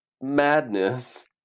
Madness